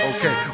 Okay